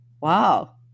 Wow